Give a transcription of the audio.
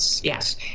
Yes